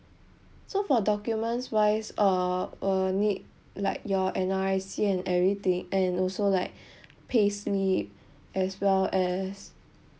so for documents wise uh uh need like your N_R_I_C and everything and also like payslip as well as